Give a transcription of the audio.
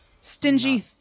Stingy